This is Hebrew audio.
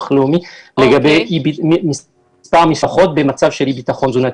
לאומי לגבי מספר המשפחות שנמצאות במצב של אי ביטחון תזונתי.